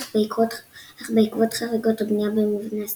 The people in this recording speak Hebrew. אך בעקבות חריגות בנייה במבנה הסניף,